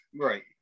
right